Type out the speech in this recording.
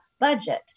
Budget